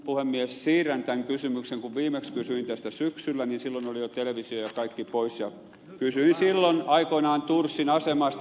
kun viimeksi kysyin tästä syksyllä silloin oli jo televisio ja kaikki pois ja kysyin silloin aikoinaan thorsin asemasta